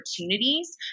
opportunities